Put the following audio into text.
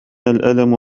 الألم